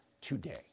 today